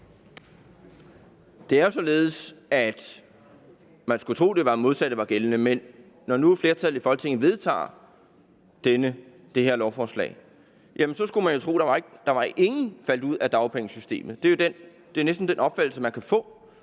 Det er jo således – og man skulle tro, at det modsatte var gældende – at når nu et flertal i Folketinget vedtager det her lovforslag, skulle man jo tro, at ingen ville falde ud af dagpengesystemet. Det er jo næsten den opfattelse, man kan få.